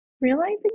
realizing